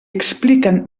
expliquen